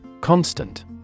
Constant